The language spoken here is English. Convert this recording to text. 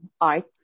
art